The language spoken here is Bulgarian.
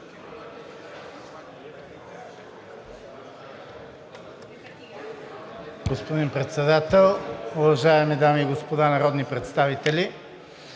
Господин Председател, уважаеми дами и господа народни представители!